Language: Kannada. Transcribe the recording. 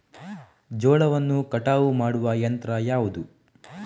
ಜೋಳವನ್ನು ಕಟಾವು ಮಾಡುವ ಯಂತ್ರ ಯಾವುದು?